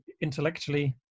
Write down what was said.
intellectually